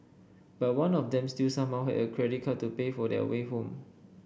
but one of them still somehow had a credit card to pay for their way home